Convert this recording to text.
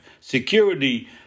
security